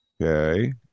Okay